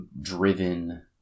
driven